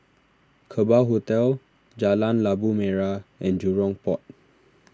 Kerbau Hotel Jalan Labu Merah and Jurong Port